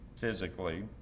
physically